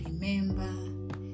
remember